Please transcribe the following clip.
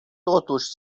totuși